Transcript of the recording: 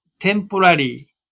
temporary